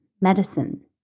medicine